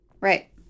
Right